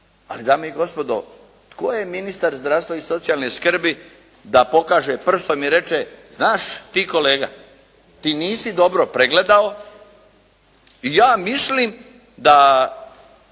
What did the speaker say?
ali dame i gospodo tko je ministar zdravstva i socijalne skrbi da pokaže prstom i reče, znaš ti kolega ti nisi dobro pregledao i ja mislim da